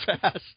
fast